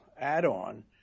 add-on